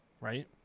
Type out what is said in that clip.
right